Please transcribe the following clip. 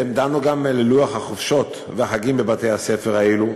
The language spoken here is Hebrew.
הם דנו גם על לוח החופשות והחגים בבתי-הספר האלו,